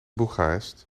bucharest